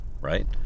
right